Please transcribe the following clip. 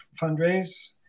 fundraise